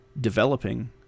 developing